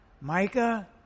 Micah